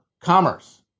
commerce